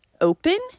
open